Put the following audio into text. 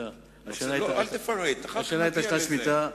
אל תפרט, אחר כך נגיע לזה.